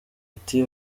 ati